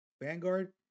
vanguard